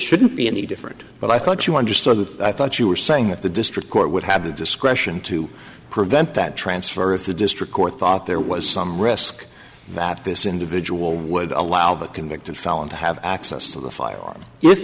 shouldn't be any different but i thought you understood that i thought you were saying that the district court would have the discretion to prevent that transfer if the district court thought there was some risk that this individual would allow the convicted felon to have access to the firearm in it